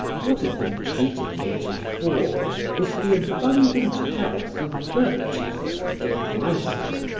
what had been treated heretofore was the abundant health of virtues and of vices,